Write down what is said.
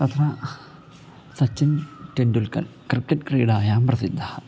तत्र सचिनतेण्डुल्कर् क्रिकेट् क्रीडायां प्रसिद्धः